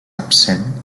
absent